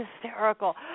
hysterical